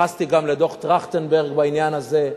התייחסתי גם לדוח-טרכטנברג בעניין הזה,